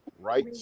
right